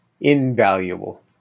invaluable